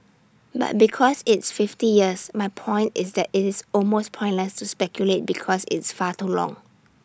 but because it's fifty years my point is that IT is almost pointless to speculate because it's far too long